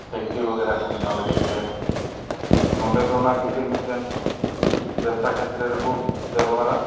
factory ᱵᱟᱜᱮᱨᱟ ᱠᱚ ᱵᱮᱱᱟᱣ ᱞᱟᱹᱜᱤᱫ ᱛᱮ ᱛᱚ ᱱᱚᱸᱰᱮ ᱫᱚ ᱚᱱᱟ ᱜᱤᱛᱤᱞ ᱢᱤᱫᱴᱮᱱ ᱵᱮᱵᱽᱥᱟ ᱠᱷᱮᱛᱨᱮ ᱨᱮᱠᱚ ᱵᱮᱵᱚᱦᱟᱨᱟ